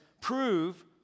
prove